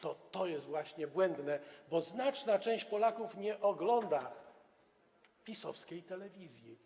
To właśnie jest błędne, bo znaczna część Polaków nie ogląda PiS-owskiej telewizji.